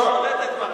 היא שולטת בנו.